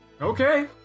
Okay